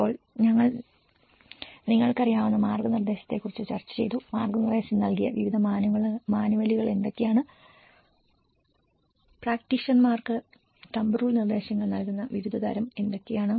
അപ്പോൾ ഞങ്ങൾ നിങ്ങൾക്ക് അറിയാവുന്ന മാർഗ്ഗനിർദ്ദേശത്തെക്കുറിച്ച് ചർച്ച ചെയ്തു മാർഗനിർദേശം നൽകിയ വിവിധ മാനുവലുകൾ ഏതൊക്കെയാണ് പ്രാക്ടീഷണർമാർക്ക് തംബ് റൂൾ നിർദ്ദേശങ്ങൾ നൽകുന്ന വിവിധ തരം എന്തൊക്കെയാണ്